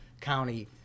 county